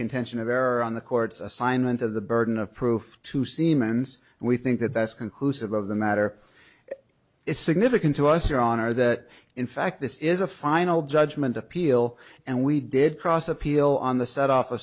contention of error on the court's assignment of the burden of proof to siemens and we think that that's conclusive of the matter it's significant to us your honor that in fact this is a final judgment appeal and we did cross appeal on the set off